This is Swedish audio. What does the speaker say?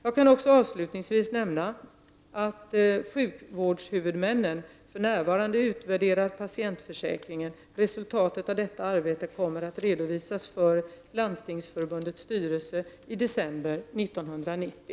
Jag kan också avslutningsvis nämna att sjukvårdshuvudmännen för närvarande utvärderar patientförsäkringen. Resultatet av detta arbete kommer att redovisas för Landstingsförbundets styrelse i december 1990.